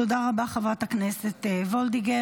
תודה רבה, חברת הכנסת וולדיגר.